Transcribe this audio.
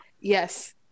Yes